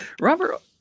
Robert